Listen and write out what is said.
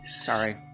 Sorry